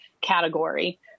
category